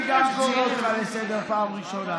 אני קורא גם אותך לסדר פעם ראשונה.